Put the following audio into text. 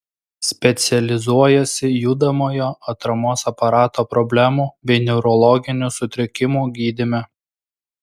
specializuojasi judamojo atramos aparato problemų bei neurologinių sutrikimų gydyme